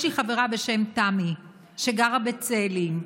יש לי חברה בשם תמי שגרה בצאלים.